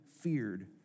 feared